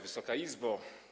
Wysoka Izbo!